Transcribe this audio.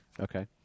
Okay